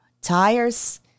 tires